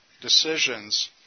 decisions